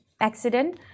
accident